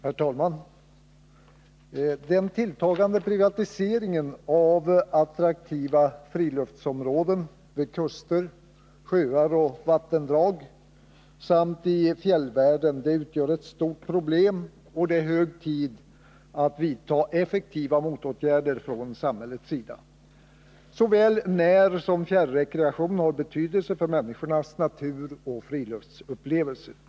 Herr talman! Den tilltagande privatiseringen av attraktiva friluftsområden vid kuster, sjöar och vattendrag samt i fjällvärlden utgör ett stort problem, och det är hög tid att vidta effektiva motåtgärder från samhällets sida. Såväl närsom fjärrekreation har betydelse för människornas naturoch friluftsupplevelser.